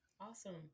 Awesome